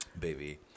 Baby